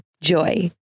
Joy